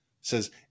says